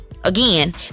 again